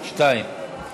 שניים.